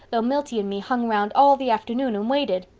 though milty and me hung round all the afternoon and waited.